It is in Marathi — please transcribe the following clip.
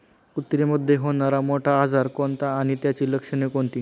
कुत्रीमध्ये होणारा मोठा आजार कोणता आणि त्याची लक्षणे कोणती?